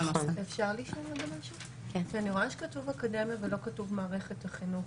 אני רואה שכתוב אקדמיה ולא כתוב מערכת החינוך.